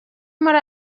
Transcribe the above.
muri